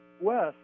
west